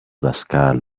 δασκάλου